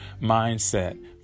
mindset